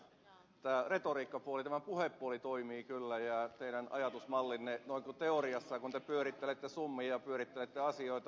tämä retoriikkapuoli tämä puhepuoli toimii kyllä ja teidän ajatusmallinne noin teoriassa kun te pyörittelette summia ja pyörittelette asioita